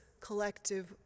collective